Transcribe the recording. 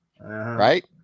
right